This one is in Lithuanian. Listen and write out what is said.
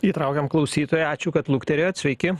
įtraukiam klausytoją ačiū kad luktelėjot sveiki